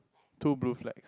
two blue flags